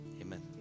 amen